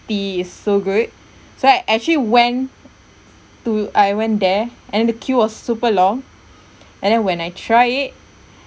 tea is so good so I actually went to I went there and then the queue was super long and then when I try it